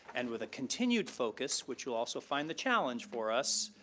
and with a continued focus, which you'll also find the challenge for us,